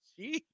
Jeez